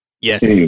yes